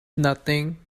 nothing